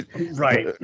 Right